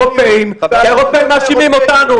חבר הכנסת גולן,